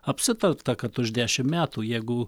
apsitarta kad už dešimt metų jeigu